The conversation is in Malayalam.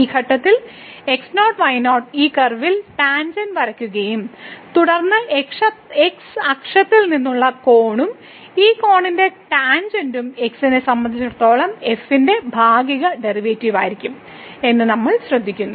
ഈ ഘട്ടത്തിൽ x0 y0 ഈ കർവിൽ ടാൻജെന്റ് വരയ്ക്കുകയും തുടർന്ന് x അക്ഷത്തിൽ നിന്നുള്ള കോണും ഈ കോണിന്റെ ടാൻജെന്റും x നെ സംബന്ധിച്ചിടത്തോളം f ന്റെ ഭാഗിക ഡെറിവേറ്റീവ് ആയിരിക്കും എന്ന് നമ്മൾ ഇവിടെ ശ്രദ്ധിക്കുന്നു